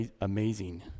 amazing